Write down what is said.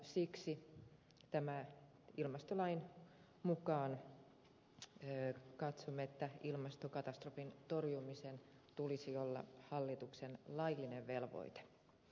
siksi tämän ilmastolain mukaan katsomme että ilmastokatastrofin torjumisen tulisi olla hallituksen laillinen velvoite